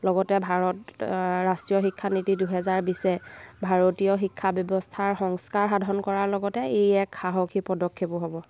লগতে ভাৰত ৰাষ্ট্ৰীয় শিক্ষানীতি দুহেজাৰ বিছে ভাৰতীয় শিক্ষা ব্যৱস্থাৰ সংস্কাৰ সাধন কৰাৰ লগতে ই এক সাহসী পদক্ষেপো হ'ব